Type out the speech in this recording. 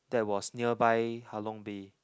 that was nearby Halong Bay